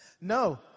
No